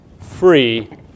free